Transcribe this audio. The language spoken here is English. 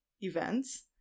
events